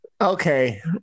Okay